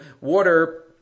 water